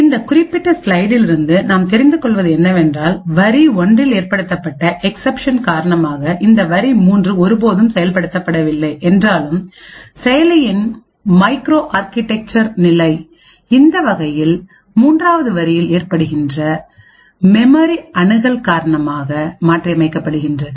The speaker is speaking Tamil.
இந்த குறிப்பிட்ட ஸ்லைடில் இருந்து நாம் தெரிந்து கொள்வது என்னவென்றால் வரி 1 இல் ஏற்படுத்தப்பட்ட எக்சப்ஷன் காரணமாகஇந்த வரி 3 ஒருபோதும் செயல்படுத்தப்படவில்லை என்றாலும் செயலியின் மைக்ரோ ஆர்க்கிடெக்சர் நிலை இந்த வகையில்மூன்றாவது வரியில் ஏற்படுகின்ற மெமரி அணுகல் காரணமாக மாற்றியமைக்கப்படுகிறது